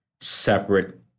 separate